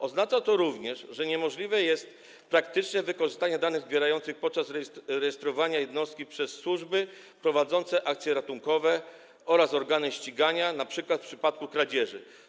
Oznacza to również, że niemożliwe jest praktyczne wykorzystanie danych zbieranych podczas rejestrowania jednostki przez służby prowadzące akcje ratunkowe oraz organy ścigania, np. w przypadku kradzieży.